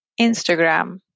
Instagram